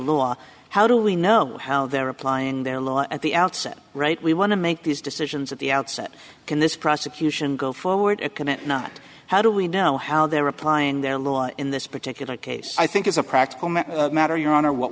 law how do we know how they're applying their law at the outset right we want to make these decisions at the outset can this prosecution go forward and can it not how do we know how they're applying their law in this particular case i think as a practical matter matter your honor what